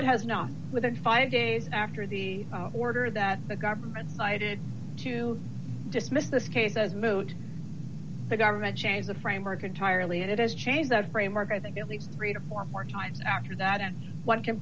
it has not within five days after the order that the government cited to dismiss this case as moot the government changed the framework entirely and it has changed that framework i think the only three to four more times after that and one can